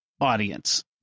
audience